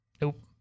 Nope